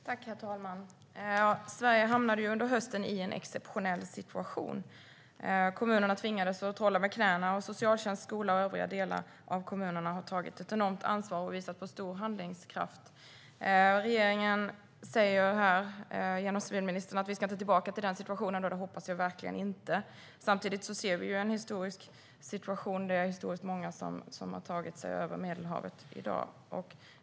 Herr talman! Sverige hamnade under hösten i en exceptionell situation. Kommunerna tvingades att trolla med knäna. Socialtjänst, skola och övriga delar av kommunerna har tagit ett enormt ansvar och visat på stor handlingskraft. Regeringen säger här genom civilministern att vi inte ska tillbaka till denna situation, och det hoppas jag verkligen att vi inte ska. Samtidigt ser vi en situation där det är historiskt många som har tagit sig över Medelhavet i dag.